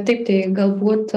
taip tai galbūt